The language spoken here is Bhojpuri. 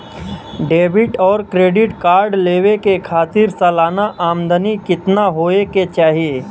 डेबिट और क्रेडिट कार्ड लेवे के खातिर सलाना आमदनी कितना हो ये के चाही?